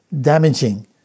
damaging